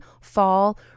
fall